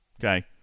Okay